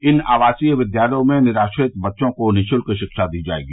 इन आवासीय विद्यालयों में निराश्रित बच्चों को नि शुल्क शिक्षा दी जाएगी